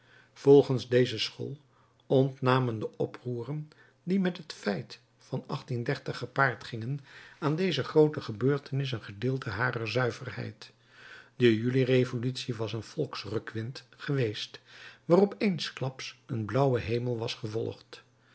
volgens deze school ontnamen de oproeren die met het feit van gepaard gingen aan deze groote gebeurtenis een gedeelte harer zuiverheid de juli-revolutie was een volks rukwind geweest waarop eensklaps een blauwe hemel was gevolgd